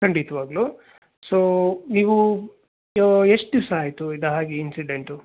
ಖಂಡಿತ್ವಾಗ್ಲೂ so ನೀವು ಎಷ್ಟು ದಿವಸ ಆಯಿತು ಇದಾಗಿ ಇನ್ಸಿಡೆಂಟು